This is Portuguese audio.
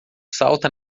salta